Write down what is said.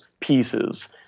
pieces